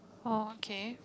orh okay